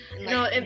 No